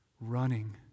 running